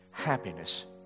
Happiness